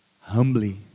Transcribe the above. humbly